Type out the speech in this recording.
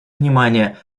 внимания